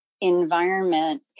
environment